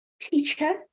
teacher